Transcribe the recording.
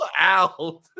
out